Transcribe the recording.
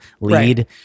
lead